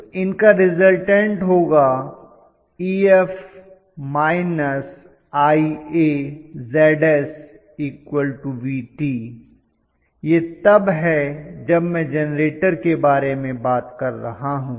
तो इनका रिज़ल्टन्ट होगा Ef −IaZs Vt यह तब है जब मैं जेनरेटर के बारे में बात कर रहा हूं